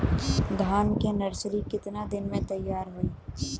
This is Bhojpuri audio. धान के नर्सरी कितना दिन में तैयार होई?